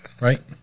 Right